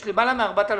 זה מכובד.